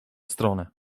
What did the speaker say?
stronę